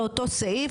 זה מעבר לתקציב.